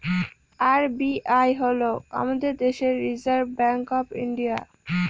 RBI হল আমাদের দেশের রিসার্ভ ব্যাঙ্ক অফ ইন্ডিয়া